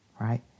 right